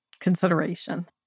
consideration